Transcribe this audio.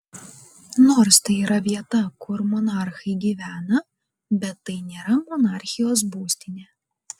nors tai yra vieta kur monarchai gyvena bet tai nėra monarchijos būstinė